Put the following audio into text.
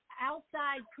outside